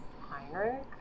Heinrich